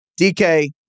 DK